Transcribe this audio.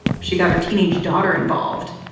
she got her teenage daughter involved.